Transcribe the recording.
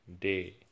day